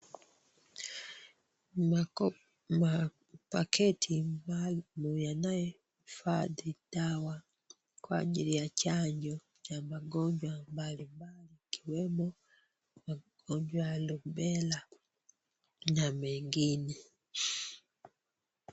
Mapaketi maalum yanayo hifadhi dawa kwa ajili ya chanjo ya magonjwa mbalimbali ikiwemo magonjwa ya rubella na mwengine.